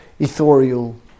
ethereal